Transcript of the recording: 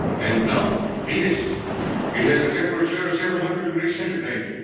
and now, venus it has a temperature of several hundred degrees centigrade.